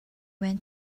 went